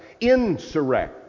Insurrect